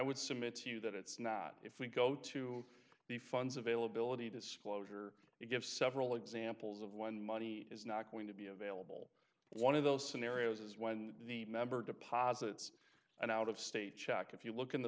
would submit to you that it's not if we go to the funds availability disclosure it gives several examples of when money is not going to be available one of those scenarios is when the member deposits and out of state check if you look in the